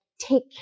take